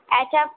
याच्या